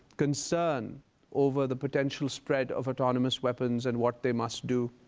concern over the potential spread of autonomous weapons, and what they must do.